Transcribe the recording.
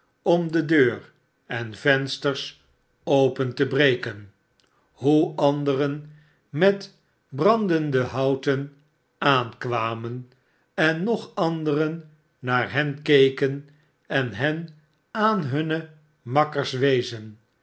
om de deur en vensters open te breken hoe anderen met brandende houten aankwamen en nog anderen naar hen keken en hen aan hunne makkers wezen